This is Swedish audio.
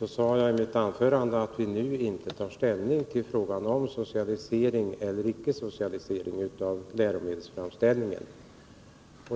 sade jagi mitt anförande att vi nu inte tar ställning till frågan om socialisering eller icke socialisering av läromedelsframställningen.